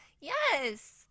Yes